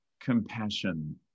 compassion